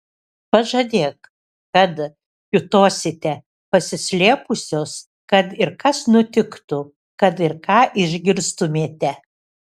pažadėk kad kiūtosite pasislėpusios kad ir kas nutiktų kad ir ką išgirstumėte